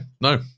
no